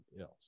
else